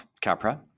Capra